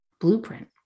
blueprint